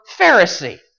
Pharisee